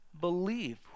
Believe